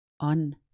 on